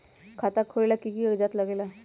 खाता खोलेला कि कि कागज़ात लगेला?